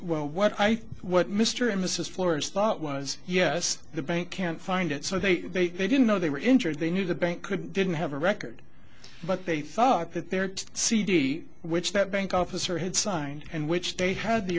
he what i think what mr and mrs florence thought was yes the bank can't find it so they they they didn't know they were injured they knew the bank could didn't have a record but they thought that their cd which that bank officer had signed and which they had the